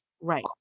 Right